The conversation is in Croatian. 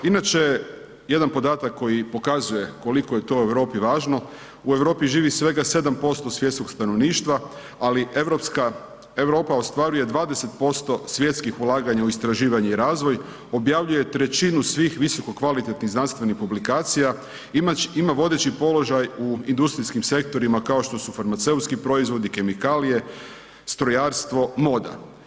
Inače, jedan podatak koji pokazuje koliko je to Europi važno, u Europi živi svega 7% svjetskog stanovništva ali Europa ostvaruje 20% svjetskih ulaganja u istraživanje i razvoj, objavljuje 1/3 svih visoko kvalitetnih znanstvenih publikacija, ima vodeći položaj u industrijskim sektorima kao što su farmaceutski proizvodi, kemikalije, strojarstvo, moda.